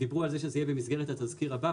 דיברו על כך שזה יהיה במסגרת התזכיר הבא,